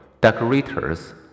decorators